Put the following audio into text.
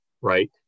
right